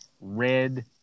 red